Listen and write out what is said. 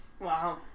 wow